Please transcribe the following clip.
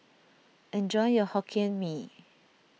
enjoy your Hokkien Mee